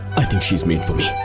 i think she's made for me.